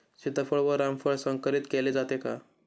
सीताफळ व रामफळ संकरित केले जाते का?